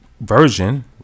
version